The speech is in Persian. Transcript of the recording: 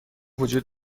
وجود